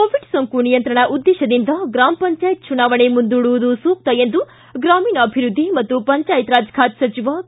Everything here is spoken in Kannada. ಕೋವಿಡ್ ಸೋಂಕು ನಿಯಂತ್ರಣ ಉದ್ದೇಶದಿಂದ ಗ್ರಮ ಪಂಚಾಯತ್ ಚುನಾವಣೆ ಮುಂದೂಡುವುದು ಸೂಕ್ತ ಎಂದು ಗ್ರಾಮೀಣಾಭಿವೃದ್ಧಿ ಮತ್ತು ಪಂಚಾಯತ್ ರಾಜ್ ಖಾತೆ ಸಚಿವ ಕೆ